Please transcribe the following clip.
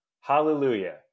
Hallelujah